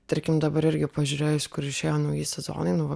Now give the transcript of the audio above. tarkim dabar irgi pažiūrėjus kur išėjo nauji sezonai nu va